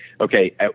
okay